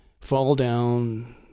fall-down